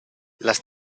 las